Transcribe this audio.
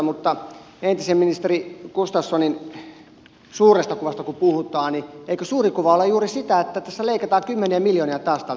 toki niistä voi olla ylpeä mutta entisen ministeri gustafssonin suuresta kuvasta kun puhutaan niin eikö suuri kuva ole juuri sitä että tässä leikataan taas kymmeniä miljoonia tältä opetukselta ja koulutukselta